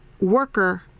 worker